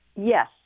Yes